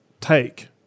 take